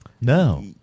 No